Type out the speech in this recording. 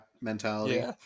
mentality